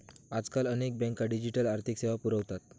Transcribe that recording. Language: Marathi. आजकाल अनेक बँका डिजिटल आर्थिक सेवा पुरवतात